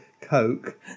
coke